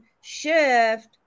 shift